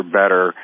better